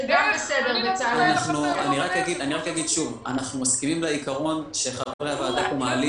אנחנו מסכימים לעיקרון שחברי הוועדה מעלים.